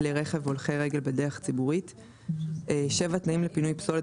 כלי רכב והולכי רגל בדרך ציבורית; (7)תנאים לפינוי פסולת